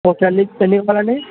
okay అండి ఎన్ని ఇవ్వాలండీ